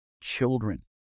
children